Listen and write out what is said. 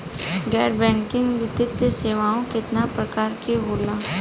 गैर बैंकिंग वित्तीय सेवाओं केतना प्रकार के होला?